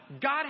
God